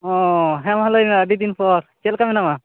ᱦᱮᱸ ᱢᱟ ᱞᱟ ᱭᱢᱮ ᱟ ᱰᱤᱫᱤᱱ ᱯᱚᱨ ᱪᱮᱫ ᱞᱮᱠᱟ ᱢᱮᱱᱟᱢᱟ